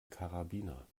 karabiner